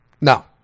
No